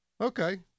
Okay